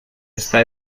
esta